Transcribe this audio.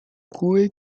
kue